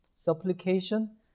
Supplication